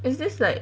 is this like